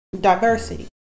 diversity